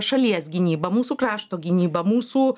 šalies gynyba mūsų krašto gynyba mūsų